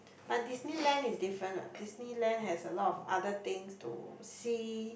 but Disneyland is different [what] Disneyland has a lot of other things to see